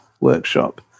workshop